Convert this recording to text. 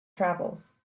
travels